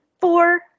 four